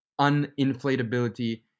uninflatability